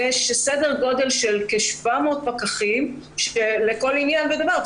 יש סדר גודל של 7,000 פקחים לכל עניין ודבר,